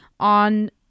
on